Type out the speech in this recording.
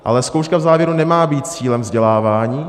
Ale zkouška v závěru nemá být cílem vzdělávání.